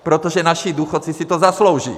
Protože naši důchodci si to zaslouží.